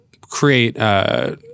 create